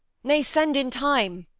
nay, send in time.